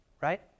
right